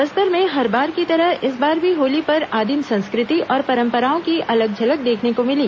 बस्तर में हर बार की तरह इस बार भी होली पर आदिम संस्कृति और परंपराओं की अलग झलक देखने को मिली